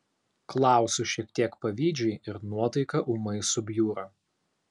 klausiu šiek tiek pavydžiai ir nuotaika ūmai subjūra